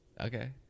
Okay